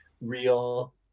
real